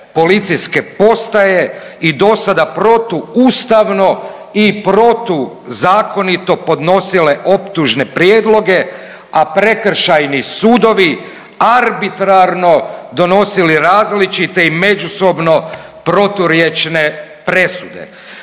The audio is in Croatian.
policijske postaje i do sada protuustavno i protuzakonito podnosile optužne prijedloge, a prekršajni sudovi arbitrarno donosili različite i međusobno proturječne presude.